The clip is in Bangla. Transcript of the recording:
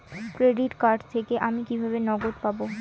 ক্রেডিট কার্ড থেকে আমি কিভাবে নগদ পাব?